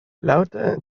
laŭta